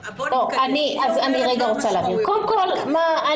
אז אני רוצה להבהיר קודם כל,